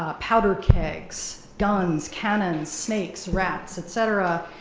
ah powder kegs, guns, cannons, snakes, rats, et cetera,